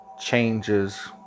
changes